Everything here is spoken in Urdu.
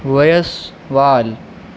ویس وال